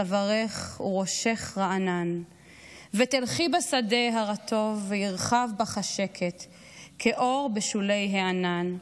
צווארך וראשך רענן / ותלכי בשדה הרטוב וירחב בך השקט / כאור בשולי הענן.